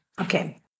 okay